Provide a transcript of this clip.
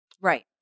right